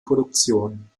produktion